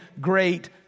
great